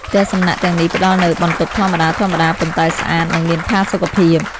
ផ្ទះសំណាក់ ទាំងនេះផ្តល់នូវបន្ទប់ធម្មតាៗ ប៉ុន្តែស្អាត និងមានផាសុកភាព។